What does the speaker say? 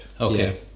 Okay